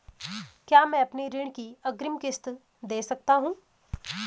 क्या मैं अपनी ऋण की अग्रिम किश्त दें सकता हूँ?